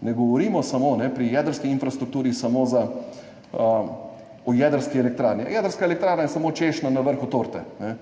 Ne govorimo samo pri jedrski infrastrukturi, samo o jedrski elektrarni. Jedrska elektrarna je samo češnja na vrhu torte,